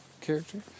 character